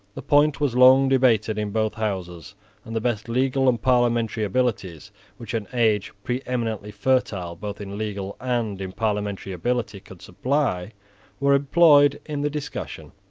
the point was long debated in both houses and the best legal and parliamentary abilities which an age preeminently fertile both in legal and in parliamentary ability could supply were employed in the discussion.